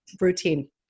routine